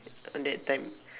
on that time